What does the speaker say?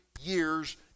years